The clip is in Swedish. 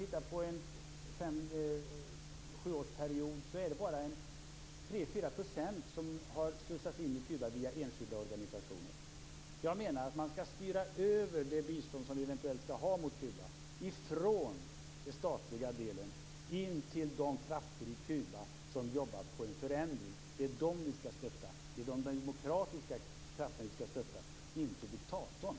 Under en sjuårsperiod är det bara 3-4 % som har slussats in i Kuba via enskilda organisationer. Jag menar att man skall styra över det bistånd som vi eventuellt skall ge Kuba från den statliga delen till de krafter i Kuba som jobbar på en förändring. Det är de demokratiska krafterna vi skall stötta, inte diktatorn.